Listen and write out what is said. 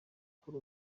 kuri